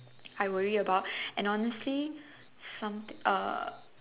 I worry about and honestly some uh